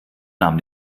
nahm